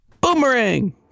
Boomerang